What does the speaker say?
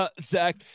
Zach